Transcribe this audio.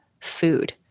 food